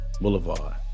boulevard